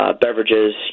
beverages